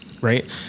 right